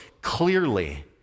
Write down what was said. clearly